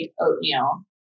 oatmeal